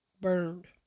burned